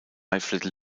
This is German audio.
little